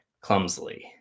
clumsily